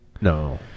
no